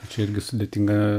čia irgi sudėtinga